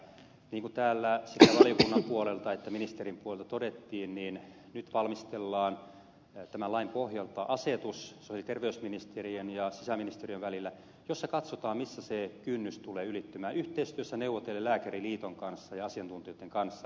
elikkä niin kuin täällä sekä valiokunnan puolelta että ministerin puolelta todettiin nyt valmistellaan tämän lain pohjalta asetus sosiaali ja terveysministeriön ja sisäministeriön välillä ja siinä katsotaan missä se kynnys tulee ylittymään neuvotellen yhteistyössä lääkäriliiton kanssa ja asiantuntijoitten kanssa